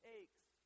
aches